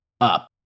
up